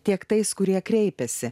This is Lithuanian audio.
tiek tais kurie kreipėsi